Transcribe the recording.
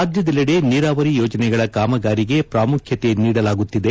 ರಾಜ್ಯದೆಲ್ಲೆಡೆ ನೀರಾವರಿ ಯೋಜನೆಗಳ ಕಾಮಗಾರಿಗೆ ಪ್ರಾಮುಖ್ಯತೆ ನೀಡಲಾಗುತ್ತಿದೆ